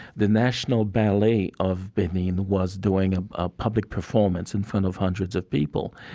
the national ballet of benin was doing a ah public performance in front of hundreds of people.